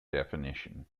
definition